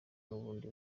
bundi